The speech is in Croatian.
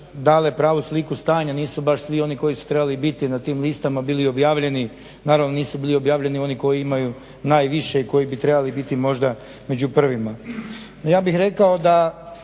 dale pravu sliku stanja, nisu baš svi oni koji su trebali biti na tim listama bili objavljeni. Naravno nisu bili objavljeni oni koji imaju najviše i koji bi trebali biti možda među prvima. Ja bih rekao da